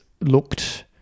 looked